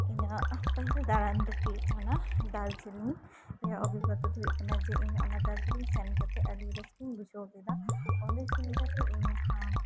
ᱤᱧᱟᱜ ᱤᱧ ᱫᱚ ᱫᱟᱬᱟᱱ ᱫᱚ ᱦᱩᱭᱩᱜ ᱠᱟᱱᱟ ᱫᱟᱨᱡᱤᱞᱤᱝ ᱤᱧᱟᱹᱜ ᱚᱵᱷᱤᱜᱽᱜᱚᱛᱟ ᱫᱚ ᱦᱩᱭᱩᱜ ᱠᱟᱱᱟ ᱡᱮ ᱤᱧ ᱚᱱᱟ ᱫᱟᱨᱡᱤᱞᱤᱝ ᱥᱮᱱ ᱠᱟᱛᱮᱜ ᱟᱹᱰᱤ ᱨᱟᱹᱥᱠᱟᱹᱧ ᱵᱩᱡᱷᱟᱹᱣ ᱠᱮᱫᱟ ᱚᱸᱰᱮ ᱥᱮᱱ ᱠᱟᱛᱮᱜ ᱤᱧ ᱦᱚᱸ